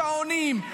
שעונים,